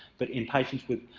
but in patients with